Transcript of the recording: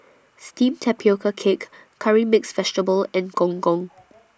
Steamed Tapioca Cake Curry Mixed Vegetable and Gong Gong